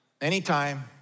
anytime